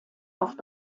auf